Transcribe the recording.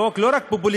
זה חוק לא רק פופוליסטי,